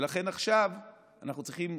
ולכן עכשיו אנחנו צריכים,